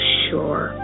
sure